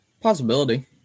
possibility